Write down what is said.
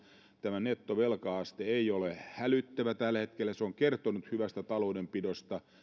tämä nettovelka aste ei ole kuitenkaan hälyttävä tällä hetkellä se on kertonut hyvästä taloudenpidosta